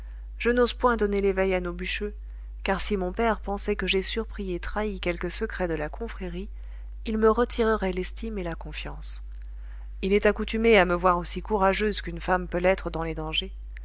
je n'ose point donner l'éveil à nos bûcheux car si mon père pensait que j'ai surpris et trahi quelque secret de la confrérie il me retirerait l'estime et la confiance il est accoutumé à me voir aussi courageuse qu'une femme peut l'être dans les dangers